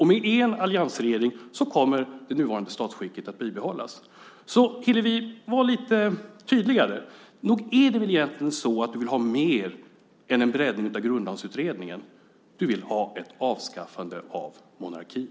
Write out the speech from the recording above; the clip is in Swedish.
Med en alliansregering så kommer det nuvarande statsskicket att bibehållas. Så Hillevi, var lite tydligare! Nog är det väl egentligen så att du vill ha mer än en breddning av Grundlagsutredningen? Du vill ha ett avskaffande av monarkin.